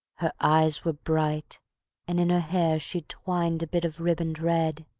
her eyes were bright and in her hair she'd twined a bit of riband red